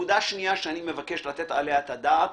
נקודה שנייה שאני מבקש לתת עליה את הדעת